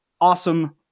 awesome